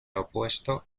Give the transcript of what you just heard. opuesto